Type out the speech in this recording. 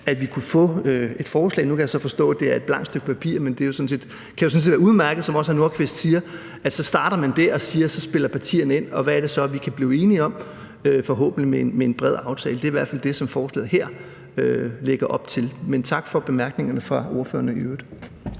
at vi kunne få et forslag – jeg kan så forstå, at det er et stykke blankt papir, men det kan jo sådan set være udmærket, som også hr. Rasmus Nordqvist siger – og så starter man med at sige: Så spiller partierne ind, og hvad er det så, vi kan blive enige om forhåbentlig med en bred aftale? Det er i hvert fald det, som forslaget her lægger op til. Men tak for bemærkningerne fra ordførerne i øvrigt.